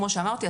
כמו שאמרתי,